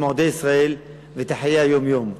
את מועדי ישראל ואת חיי היום-יום?